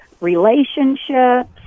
relationships